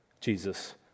Jesus